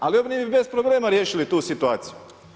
Ali oni bi bez problema riješili tu situaciju.